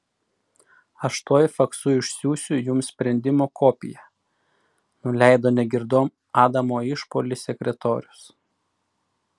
aš tuoj faksu išsiųsiu jums sprendimo kopiją nuleido negirdom adamo išpuolį sekretorius